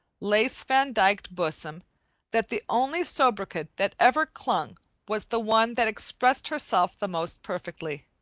lace-vandyked bosom that the only sobriquet that ever clung was the one that expressed herself the most perfectly.